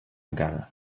encara